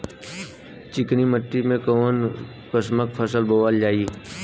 चिकनी मिट्टी में कऊन कसमक फसल बोवल जाई?